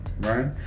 right